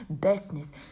business